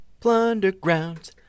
Plundergrounds